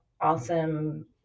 awesome